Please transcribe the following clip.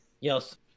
Yes